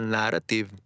narrative